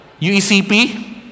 UECP